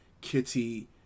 Kitty